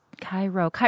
Cairo